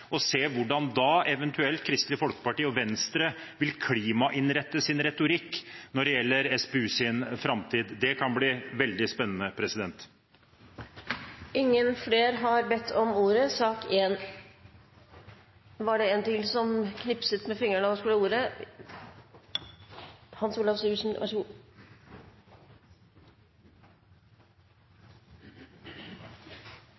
og se hvordan Kristelig Folkeparti og Venstre da eventuelt vil klimainnrette sin retorikk når det gjelder SPUs framtid. Det kan bli veldig spennende.